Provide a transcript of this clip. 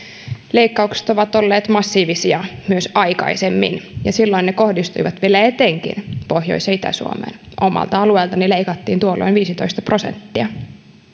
leikkaukset ovat olleet massiivisia myös aikaisemmin ja silloin ne kohdistuivat vielä etenkin pohjois ja itä suomeen omalta alueeltani leikattiin tuolloin viisitoista prosenttia